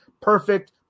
perfect